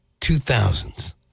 2000s